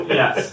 yes